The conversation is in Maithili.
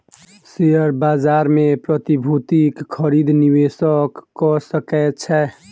शेयर बाजार मे प्रतिभूतिक खरीद निवेशक कअ सकै छै